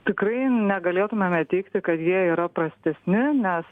tikrai negalėtumėme teigti kad jie yra prastesni nes